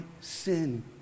sin